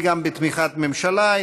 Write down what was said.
והיא גם בתמיכת ממשלה.